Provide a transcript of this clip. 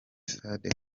stade